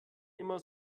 immer